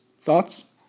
Thoughts